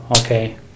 okay